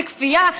בכפייה,